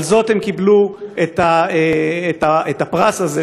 על זאת הן קיבלו את הפרס הזה,